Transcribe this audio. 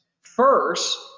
First